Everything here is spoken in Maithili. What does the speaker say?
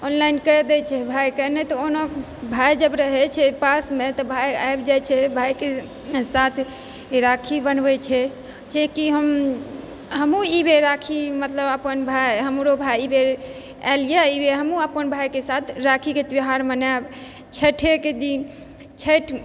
ऑनलाइन करि दै छै भाइके नहि तऽ ओना भाइ जब रहै छै पासमे तऽ भाइ आबि जाइ छै भाइके साथ राखी बन्हबै छै जेकि हम हमहूँ ई बेर राखी मतलब अपन भाइ हमरो भाइ ई बेर आएल अइ ई बेर हमहूँ अपन भाइके साथ राखीके त्योहार मनैब छैठेके दिन छैठ